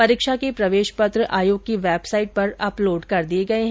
परीक्षा के प्रवेशपत्र आयोग की वेबसाइट पर अपलोड कर दिए गए हैं